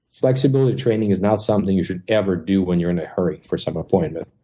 flexibility training is not something you should ever do when you're in a hurry for some appointment.